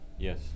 Yes